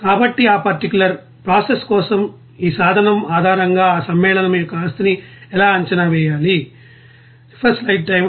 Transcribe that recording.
కాబట్టి ఆ particular process కోసం ఈ సాధనం ఆధారంగా ఆ సమ్మేళనం యొక్క ఆస్తిని ఎలా అంచనా వేయాలి